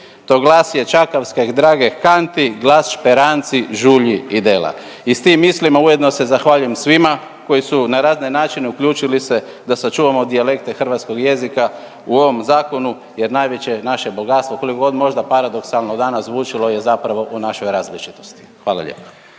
To glas je ćakavskeg drageg kanti, glas šperanci žulji i dela. I s tim mislima ujedno se zahvaljujem svima koji su na razne načine uključili se da sačuvamo dijalekte hrvatskog jezika u ovom zakonu jer najveće naše bogatstvo koliko god možda paradoksalno danas zvučalo je zapravo u našoj različitosti. Hvala lijepa.